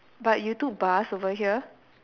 but you took bus over here